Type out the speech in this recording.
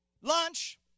Lunch